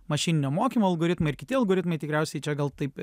mašininio mokymo algoritmai ir kiti algoritmai tikriausiai čia gal taip